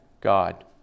God